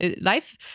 life